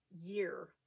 year